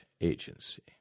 agency